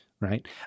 right